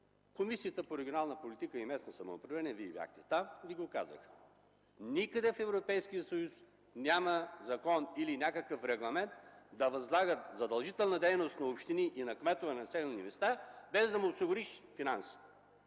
Комисията по регионалната политика и местно самоуправление, Вие бяхте там, Ви го казаха: никъде в Европейския съюз няма закон или някакъв регламент, с който да възлага задължителна дейност на общини и на кметове на населени места, без да им се осигурят финанси.